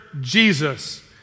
Jesus